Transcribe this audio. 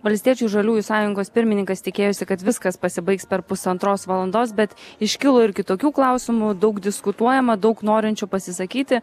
valstiečių i žaliųjų sąjungos pirmininkas tikėjosi kad viskas pasibaigs per pusantros valandos bet iškilo ir kitokių klausimų daug diskutuojama daug norinčių pasisakyti